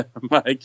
Mike